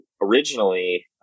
originally